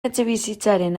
etxebizitzaren